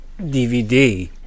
DVD